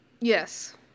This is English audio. yes